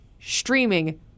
streaming